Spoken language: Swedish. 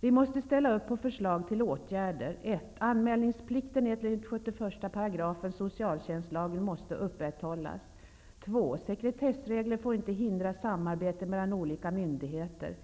Vi måste ställa upp på förslag till åtgärder: 1.Anmälningsplikten enligt 71 § socialtjänstlagen måste upprätthållas. 2.Sekretessregler får inte hindra samarbete mellan olika myndigheter.